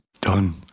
Done